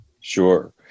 Sure